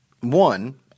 One